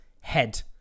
head